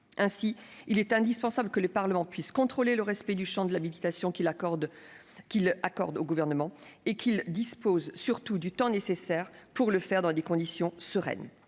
? Il est indispensable que le Parlement puisse contrôler le respect du champ de l'habilitation qu'il accorde au Gouvernement et qu'il dispose, surtout, du temps nécessaire pour le faire dans des conditions sereines.